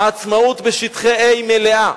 העצמאות בשטחי A מלאה,